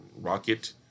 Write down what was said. rocket